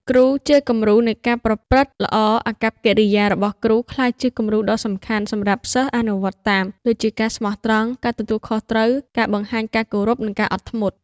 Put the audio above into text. គ្រូជាគំរូនៃការប្រព្រឹត្តល្អអាកប្បកិរិយារបស់គ្រូ ក្លាយជាគំរូដ៏សំខាន់សម្រាប់សិស្សអនុវត្តតាម ដូចជាការស្មោះត្រង់ ការទទួលខុសត្រូវ ការបង្ហាញការគោរព និងការអត់ធ្មត់។